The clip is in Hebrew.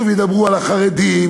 שוב ידברו על החרדים,